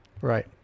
Right